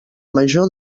major